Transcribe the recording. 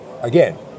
again